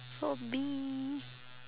for me